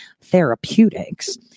therapeutics